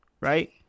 right